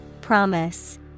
promise